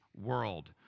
world